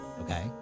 Okay